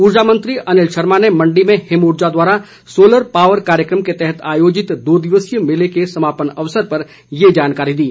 ऊर्जा मंत्री अनिल शर्मा ने मण्डी में हिम ऊर्जा द्वारा सोलर पावर कार्यक्रम के तहत आयोजित दो दिवसीय मेले के समापन अवसर पर ये जानकारी दी